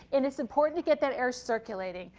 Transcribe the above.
and it's important to get that air circulating.